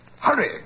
Hurry